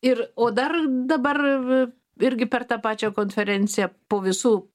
ir o dar dabar irgi per tą pačią konferenciją po visų